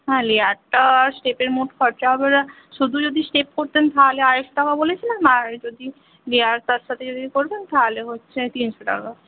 হ্যাঁ লেয়ারটা স্টেপের মোট খরচা হবে শুধু যদি স্টেপ করতেন তাহলে আড়াইশো টাকা বলেছিলাম আর যদি লেয়ার তারসাথে যদি করবেন তাহলে হচ্ছে তিনশো টাকা